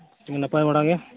ᱱᱟᱯᱟᱭ ᱵᱟᱲᱟ ᱜᱮ